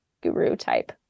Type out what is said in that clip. guru-type